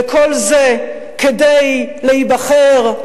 וכל זה כדי להיבחר,